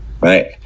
right